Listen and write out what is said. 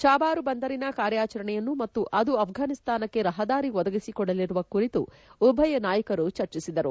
ಚಾಬಾರು ಬಂದರಿನ ಕಾರ್ಯಾಚರಣೆಯನ್ನು ಮತ್ತು ಅದು ಆಫ್ಟಾನಿಸ್ತಾನಕ್ಕೆ ರಪದಾರಿ ಒದಗಿಸಿಕೊಡಲಿರುವ ಕುರಿತು ಉಭಯ ನಾಯಕರು ಚರ್ಚಿಸಿದರು